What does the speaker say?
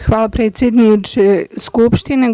Hvala, predsedniče Skupštine.